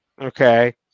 okay